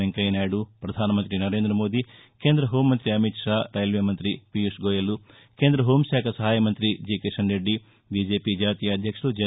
వెంకయ్యనాయుడు ప్రధానమంతి నరేంద్రమోదీ కేంద్ర హోం మంతి అమిత్ షా రైల్వే మంత్రి పీయూష్ గోయల్ కేంద్ర హోం శాఖ సహాయ మంత్రి కిషన్ రెడ్డి బీజేపీ జాతీయాధ్యక్షుడు జె